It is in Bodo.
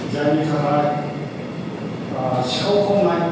जायनि थाखाय सिखाव खावनाय